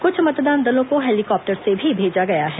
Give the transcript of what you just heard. कुछ मतदान दलों को हेलिकाप्टर से भी भेजा गया है